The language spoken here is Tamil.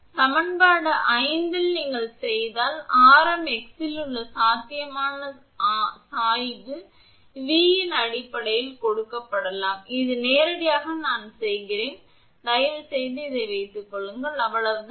எனவே சமன்பாடு 5 இல் நீங்கள் செய்தால் ஆரம் x இல் உள்ள சாத்தியமான சாய்வு V இன் அடிப்படையில் கொடுக்கப்படலாம் இது நேரடியாக நான் செய்கிறேன் நீங்கள் தயவுசெய்து வைத்துக்கொள்ளுங்கள் அவ்வளவுதான்